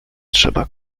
trzeba